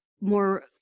more